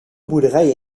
boerderijen